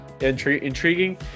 Intriguing